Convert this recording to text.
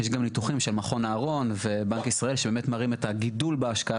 יש גם ניתוחים של מכון אהרון ובנק ישראל שמראים את הגידול בהשקעה